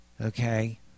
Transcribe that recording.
Okay